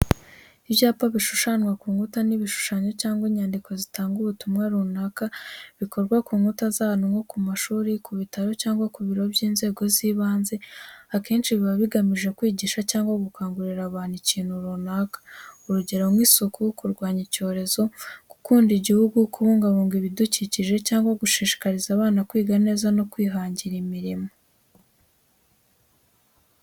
Ibyapa bishushanwa ku nkuta ni ibishushanyo cyangwa inyandiko zitanga ubutumwa runaka, bikorwa ku nkuta z'ahantu nko ku mashuri, ku bitaro cyangwa ku biro by'inzego z'ibanze. Akenshi biba bigamije kwigisha cyangwa gukangurira abantu ikintu runaka, urugero nk'isuku, kurwanya icyorezo, gukunda igihugu, kubungabunga ibidukikije cyangwa gushishikariza abana kwiga neza no kwihangira imirimo.